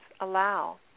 allow